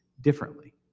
differently